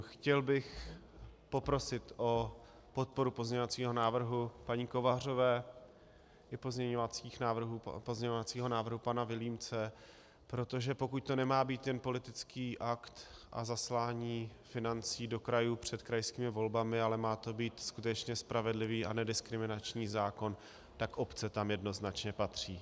Chtěl bych poprosit o podporu pozměňovacího návrhu paní poslankyně Kovářové i pozměňovacího návrhu pana poslance Vilímce, protože pokud to nemá být jen politický akt a zaslání financí do krajů před krajskými volbami, ale má to být skutečně spravedlivý a nediskriminační zákon, tak obce tam jednoznačně patří.